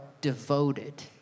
devoted